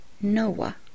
Noah